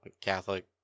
Catholic